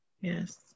Yes